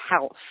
house